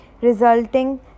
resulting